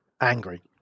angry